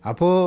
Apo